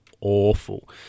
awful